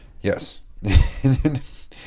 Yes